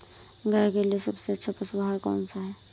गाय के लिए सबसे अच्छा पशु आहार कौन सा है?